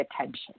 attention